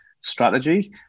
strategy